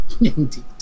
Indeed